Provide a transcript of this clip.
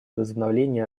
возобновление